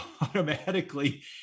automatically